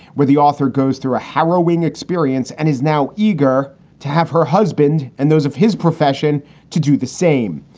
where the author goes through a harrowing experience and is now eager to have her husband and those of his profession to do the same.